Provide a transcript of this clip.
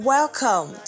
Welcome